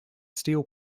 steel